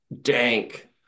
Dank